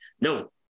no